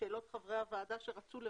לשאלות חברי הוועדה שרצו לוודא.